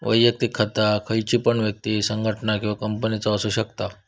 वैयक्तिक खाता खयची पण व्यक्ति, संगठना किंवा कंपनीचा असु शकता